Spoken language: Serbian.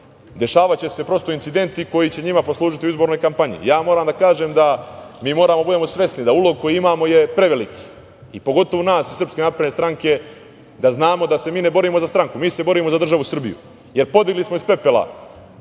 dešavaće se prosto incidenti koji će njima poslužiti u izbornoj kampanji. Moram da kažem da mi moramo da budemo svesni da ulog koji imamo je preveliki i pogotovo nas iz SNS da znamo da se mi ne borimo za stranku, mi se borimo za državu Srbiju, jer podigli smo iz pepela